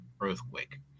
earthquake